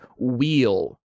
wheel